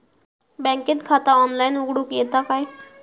बँकेत खाता ऑनलाइन उघडूक येता काय?